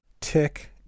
tick